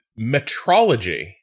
metrology